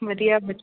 ਵਧੀਆ ਵ